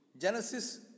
Genesis